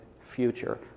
future